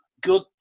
good